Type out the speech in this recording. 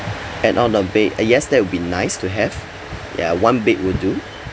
add on the bed uh yes that will be nice to have ya one bed will do